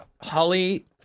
Holly